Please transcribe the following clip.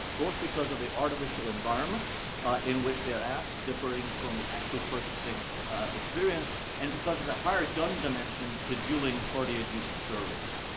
both because of the artificial environment in which they are asked, differing from the actual purchasing experience and because of the hired-gun dimension to dueling party-adduced surveys.